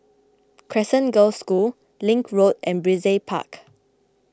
Crescent Girls' School Link Road and Brizay Park